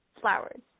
flowers